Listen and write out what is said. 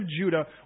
Judah